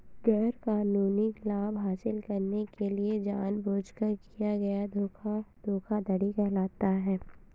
गैरकानूनी लाभ हासिल करने के लिए जानबूझकर किया गया धोखा धोखाधड़ी कहलाता है